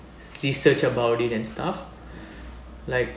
research about it and stuff like